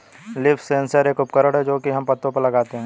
leaf sensor एक उपकरण है जो की हम पत्तो पर लगाते है